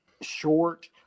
short